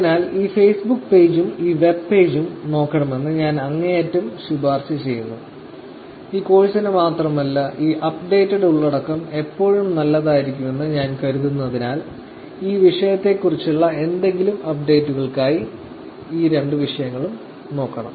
അതിനാൽ ഈ ഫേസ്ബുക്ക് പേജും ഈ വെബ് പേജും നോക്കണമെന്ന് ഞാൻ അങ്ങേയറ്റം ശുപാർശ ചെയ്യുന്നു ഈ കോഴ്സിന് മാത്രമല്ല ഈ അപ്ഡേറ്റഡ് ഉള്ളടക്കം എപ്പോഴും നല്ലതായിരിക്കുമെന്ന് ഞാൻ കരുതുന്നതിനാൽ ഈ വിഷയത്തെക്കുറിച്ചുള്ള എന്തെങ്കിലും അപ്ഡേറ്റുകൾക്കായി ഈ രണ്ട് വിഷയങ്ങളും നോക്കണം